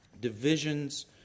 divisions